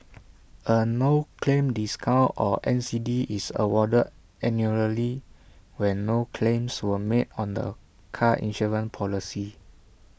A no claim discount or N C D is awarded annually when no claims were made on the car insurance policy